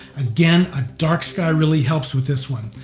again, a dark sky really helps with this one,